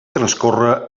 transcorre